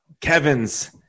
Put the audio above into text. Kevin's